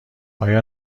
آیا